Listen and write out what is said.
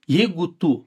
jeigu tu